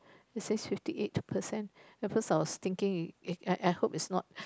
it says fifty eight percent at first I was thinking I I hope it's not